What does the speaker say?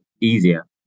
easier